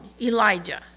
Elijah